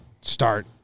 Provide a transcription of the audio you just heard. start